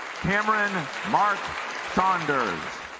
cameron mark saunders